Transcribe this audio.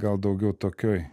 gal daugiau tokioj